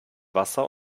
wasser